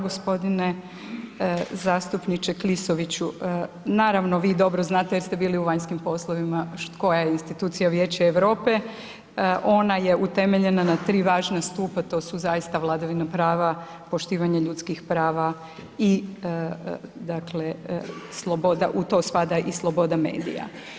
Gospodine zastupniče Klisoviću, naravno vi dobro znate jer ste bili u vanjskim poslovima koja je institucija Vijeća Europe, ona je utemeljena na tri važna stupa, to su zaista vladavina prava, poštivanje ljudskih prava i dakle sloboda, u to spada i sloboda medija.